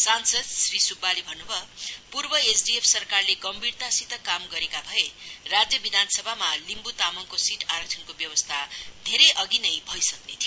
सांसद श्री सुब्बाले भन्नु भयो पूर्व एसडीएफ सरकारले गम्भिरता सित काम गरेका भए राज्य विधानसभामा लिम्बु तामाङको सीट आरक्षणको व्यवस्था धेरै अघि नै भइसक्ने थियो